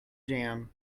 jam